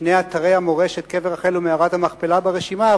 שני אתרי המורשת קבר רחל ומערת המכפלה ברשימה,